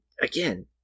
Again